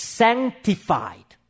sanctified